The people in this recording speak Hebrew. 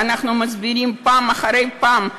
ואנחנו מסבירים פעם אחר פעם,